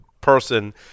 person